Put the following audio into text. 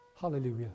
Hallelujah